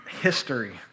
history